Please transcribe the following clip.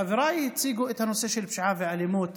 חבריי הציגו את הנושא של פשיעה ואלימות